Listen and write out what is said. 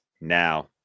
now